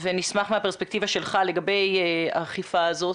ונשמח מהפרספקטיבה שלך לגבי האכיפה הזאת,